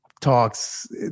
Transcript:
talks